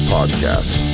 Podcast